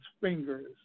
fingers